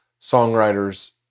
songwriters